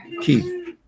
Keith